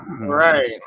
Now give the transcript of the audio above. right